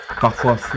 Parfois